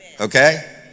okay